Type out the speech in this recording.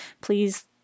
please